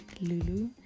Lulu